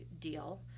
deal